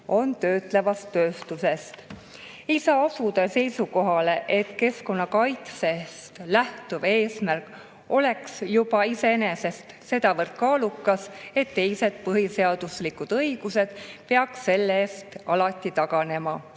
on töötlevast tööstusest. Ei saa asuda seisukohale, et keskkonnakaitsest lähtuv eesmärk oleks juba iseenesest sedavõrd kaalukas, et teised põhiseaduslikud õigused peaks selle ees alati taganema.